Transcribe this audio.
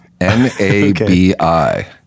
n-a-b-i